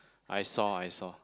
I saw I saw